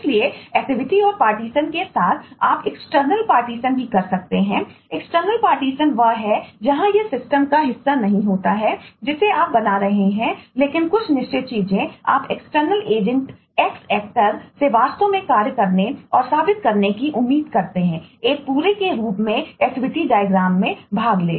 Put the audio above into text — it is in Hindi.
इसलिए एक्टिविटी में भाग लें